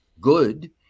good